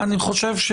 אני חושב,